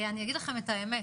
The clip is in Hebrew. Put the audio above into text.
אני אגיד לכם את האמת,